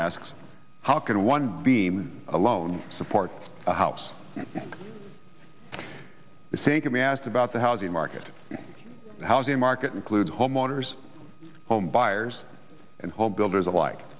asks how can one beam alone support a house the same can be asked about the housing market housing market include homeowners home buyers and home builders alike